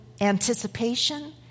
anticipation